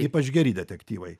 ypač geri detektyvai